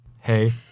Hey